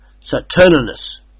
Saturninus